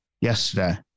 yesterday